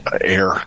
air